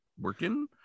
working